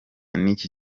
n’iki